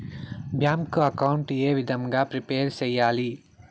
Bank account ఏ విధంగా prepare సెయ్యాలి?